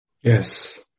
Yes